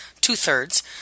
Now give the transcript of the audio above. two-thirds